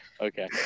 Okay